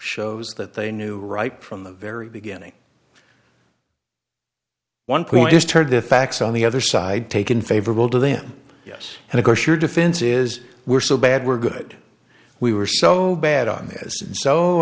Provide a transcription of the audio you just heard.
shows that they knew right from the very beginning one point is turned the facts on the other side taken favorable to them yes and of course your defense is we're so bad we're good we were so bad on this so